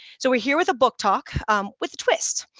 so we're here with a book talk with twist.